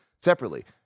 separately